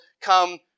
come